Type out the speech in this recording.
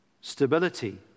Stability